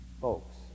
Folks